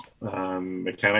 Mechanic